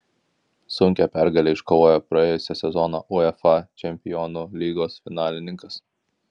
sunkią pergalę iškovojo praėjusio sezono uefa čempionų lygos finalininkas